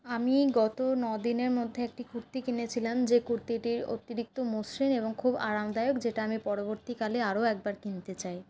আমি গত নদিনের মধ্যে একটি কুর্তি কিনেছিলাম যে কুর্তিটির অতিরিক্ত মসৃণ এবং খুব আরামদায়ক যেটা আমি পরবর্তীকালে আরও একবার কিনতে চাই